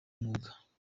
umwuga